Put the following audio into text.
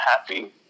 happy